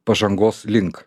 pažangos link